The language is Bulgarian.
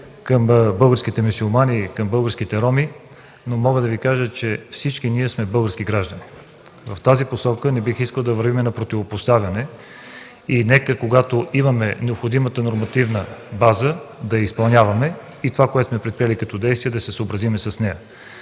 към българските мюсюлмани и българските роми, но ще Ви кажа, че всички ние сме български граждани. В тази посока не бих искал да вървим към противопоставяне и нека, когато имаме необходимата нормативна база, да я изпълняваме и това, което сме предприели като действие, да се съобразим с него.